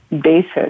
basis